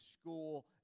school